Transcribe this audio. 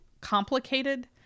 complicated